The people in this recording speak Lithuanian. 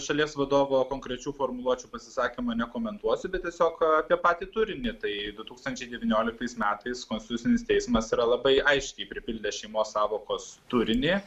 šalies vadovo konkrečių formuluočių pasisakymų nekomentuosiu bet tiesiog apie patį turinį tai du tūkstančiai devynioliktais metais konstitucinis teismas yra labai aiškiai pripildęs šeimos sąvokos turinį